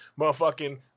motherfucking